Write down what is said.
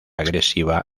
agresiva